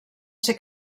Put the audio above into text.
ser